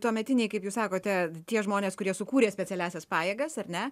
tuometiniai kaip jūs sakote tie žmonės kurie sukūrė specialiąsias pajėgas ar ne